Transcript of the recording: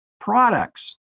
products